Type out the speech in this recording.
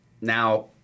now